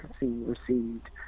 received